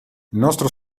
nostro